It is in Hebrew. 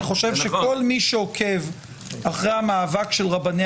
כל מי שעוקב אחרי המאבק של רבני